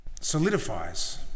solidifies